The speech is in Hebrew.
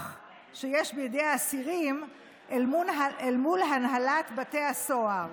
שיש בידי האסירים אל מול הנהלת בתי הסוהר.